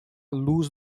luz